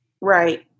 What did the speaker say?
Right